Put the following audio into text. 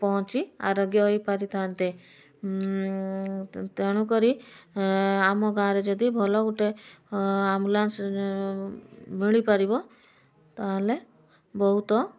ପହଞ୍ଚି ଆରୋଗ୍ୟ ହୋଇପାରିଥାନ୍ତେ ତେଣୁକରି ଆମ ଗାଁ'ରେ ଯଦି ଭଲ ଗୋଟେ ଆମ୍ବୁଲାନ୍ସ ମିଳିପାରିବ ତା'ହେଲେ ବହୁତ